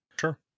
Sure